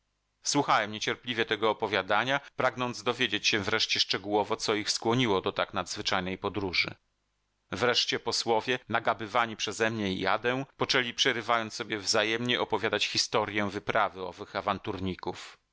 słuchałem niecierpliwie tego opowiadania pragnąc dowiedzieć się wreszcie szczegółowo co ich skłoniło do tak nadzwyczajnej podróży wreszcie posłowie nagabywani przezemnie i adę poczęli przerywając sobie wzajemnie opowiadać historję wyprawy